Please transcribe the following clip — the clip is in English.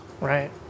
Right